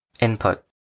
Input